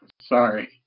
sorry